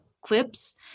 clips